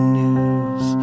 news